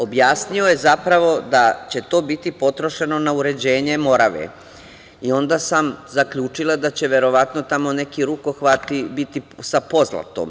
Objasnio je zapravo da će to biti potrošeno na uređenje Morave i onda sam zaključila da će verovatno tamo neki rukohvati biti sa pozlatom.